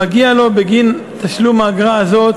מגיע לו בגין תשלום האגרה הזאת